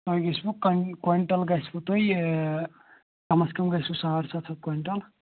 کۄنہِ چھُنہ کۄنہِ کویِنٹَل گژھوٕ تۄہہِ کَمَس کَم گژھوٕ ساڑ سَتھ ہَتھ کویِنٹَل